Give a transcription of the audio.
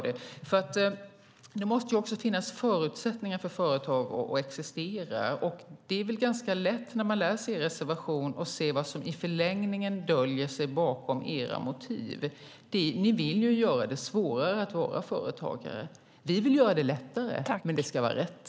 Det måste finnas förutsättningar för företag att existera. När man läser er reservation är det ganska lätt att se vad som i förlängningen döljer sig bakom era motiv. Ni vill göra det svårare att vara företagare. Vi vill göra det lättare, men det ska vara rätt.